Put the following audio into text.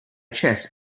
chess